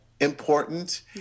important